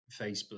facebook